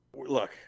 Look